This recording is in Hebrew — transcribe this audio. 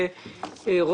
יש